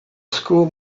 school